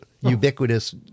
ubiquitous